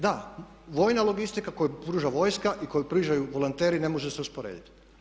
Da, vojna logistika koju pruža vojska i koju pružaju volonteri ne može se usporediti.